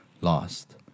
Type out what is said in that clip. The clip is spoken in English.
Lost